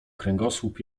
kręgosłup